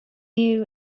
you